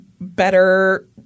better